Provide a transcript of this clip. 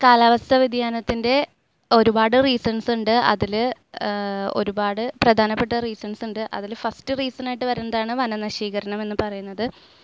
കാലാവസ്ഥ വ്യതിയാനത്തിൻ്റെ ഒരുപാട് റീസൺസ് ഉണ്ട് അതിൽ ഒരുപാട് പ്രധാനപ്പെട്ട റീസൺസ് ഉണ്ട് അതിൽ ഫസ്റ്റ് റീസൺ ആയിട്ട് വരുന്നതാണ് വനനശീകരണമെന്ന് പറയുന്നത്